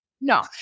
no